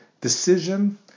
decision